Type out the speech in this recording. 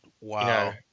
Wow